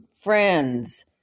friends